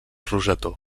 rosetó